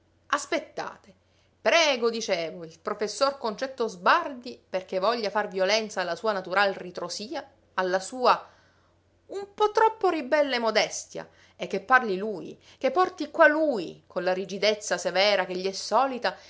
aspettate prego dicevo il professor concetto sbardi perché voglia far violenza alla sua natural ritrosia alla sua un po troppo ribelle modestia e che parli lui che porti qua lui con la rigidezza severa che gli è solita